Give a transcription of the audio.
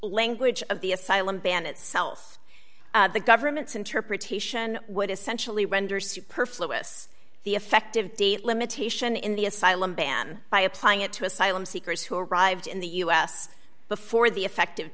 language of the asylum ban itself the government's interpretation would essentially render superfluous the effective date limitation in the asylum ban by applying it to asylum seekers who arrived in the u s before the effective